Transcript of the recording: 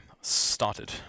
Started